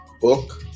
book